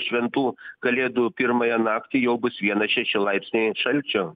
šventų kalėdų pirmąją naktį jau bus vienas šeši laipsniai šalčio